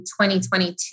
2022